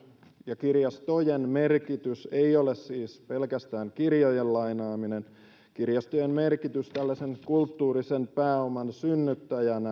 ja kirjastojen merkitys ei ole siis pelkästään kirjojen lainaaminen kirjastojen merkitys tällaisen kulttuurisen pääoman synnyttäjänä